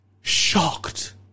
shocked